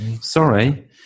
Sorry